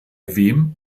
wem